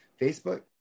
Facebook